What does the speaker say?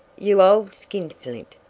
you old skinflint!